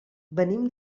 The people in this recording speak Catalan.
venim